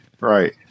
Right